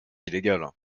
illégal